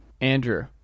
Andrew